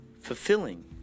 fulfilling